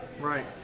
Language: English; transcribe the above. right